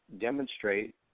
demonstrate